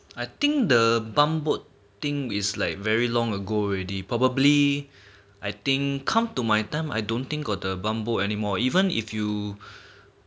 I think the bumboat thing is like very long ago already probably I think come to my time I don't think got the bumboat anymore even if you